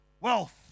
wealth